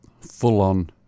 full-on